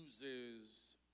uses